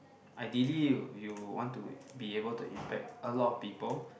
ideally you want to be able to impact a lot of people